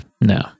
no